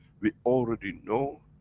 we already know,